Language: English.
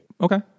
Okay